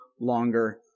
longer